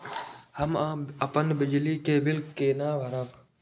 हम अपन बिजली के बिल केना भरब?